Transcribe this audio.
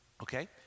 okay